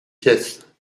pièces